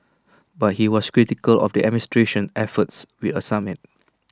but he was critical of the administration efforts with A summit